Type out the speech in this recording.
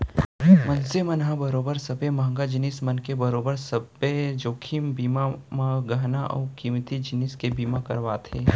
मनसे मन ह बरोबर सबे महंगा जिनिस मन के बरोबर सब्बे जोखिम बीमा म गहना अउ कीमती जिनिस के बीमा करवाथे